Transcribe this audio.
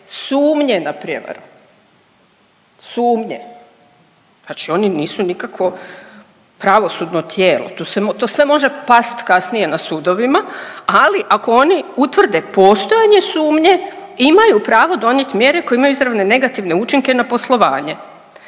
sumnje na prijevaru, sumnje, znači oni nisu nikakvo pravosudno tijelo, to sve može past kasnije na sudovima, ali ako oni utvrde postojanje sumnje, imaju pravo donijet mjere koje imaju izravne negativne učinke na poslovanje,